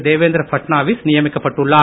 தேவேந்திர பட்நாவிஸ் நியமிக்கப்பட்டுள்ளார்